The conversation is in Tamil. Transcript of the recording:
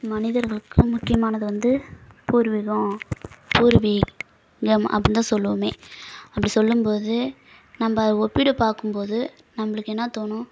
மனிதர்களுக்கு முக்கியமானது வந்து பூர்விகம் பூர்வீகம் அப்படின்னுதான் சொல்லுவோமே அப்படி சொல்லும்போது நம்ப அதை ஒப்பிட பார்க்கும்போது நம்பளுக்கு என்ன தோணும்